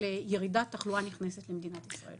ירידת התחלואה הנכנסת למדינת ישראל.